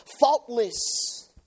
faultless